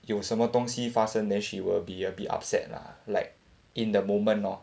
有什么东西发生 then she will be a bit upset lah like in the moment lor